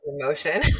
emotion